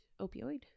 Opioid